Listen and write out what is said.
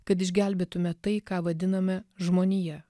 kad išgelbėtume tai ką vadiname žmonija